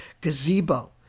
gazebo